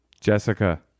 Jessica